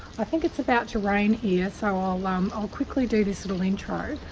i think it's about to rain here so i'll um i'll quickly do this little intro.